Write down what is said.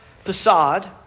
facade